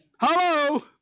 Hello